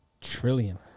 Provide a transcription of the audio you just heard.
Trillion